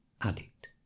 addict